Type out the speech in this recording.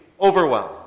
overwhelmed